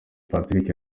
patrick